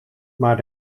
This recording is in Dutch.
maar